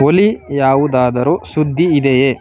ಒಲಿ ಯಾವುದಾದರೂ ಸುದ್ದಿ ಇದೆಯೇ